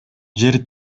жер